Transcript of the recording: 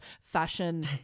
Fashion